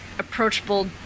approachable